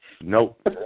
Nope